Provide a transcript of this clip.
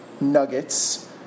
Nuggets